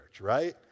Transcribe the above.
right